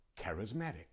charismatic